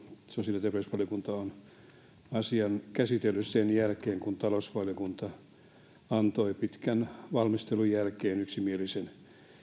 sosiaali ja terveysvaliokunta on rivakalla aikataululla asian käsitellyt sen jälkeen kun talousvaliokunta antoi pitkän valmistelun jälkeen yksimielisen